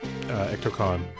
EctoCon